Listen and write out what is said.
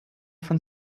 von